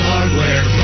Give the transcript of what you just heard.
Hardware